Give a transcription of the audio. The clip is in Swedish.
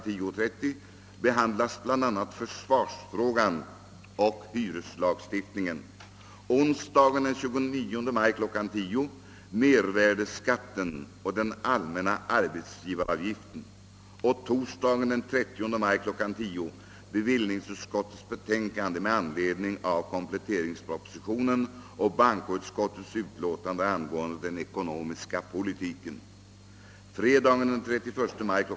10.30 behandlas bland annat försvarsfrågan och hyreslagstiftningen, onsdagen den 29 maj kl. 10.00 mervärdeskatten och den allmänna arbetsgivaravgiften och torsdagen den 30 maj kl. 10.00 bevillningsutskottets betänkande med anledning av kompletteringspropositionen och bankoutskottets utlåtande angående den ekonomiska politiken. Fredagen den 31 maj kl.